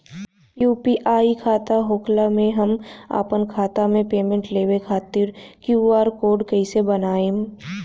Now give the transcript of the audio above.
UPI खाता होखला मे हम आपन खाता मे पेमेंट लेवे खातिर क्यू.आर कोड कइसे बनाएम?